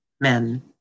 men